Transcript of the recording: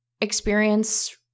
experience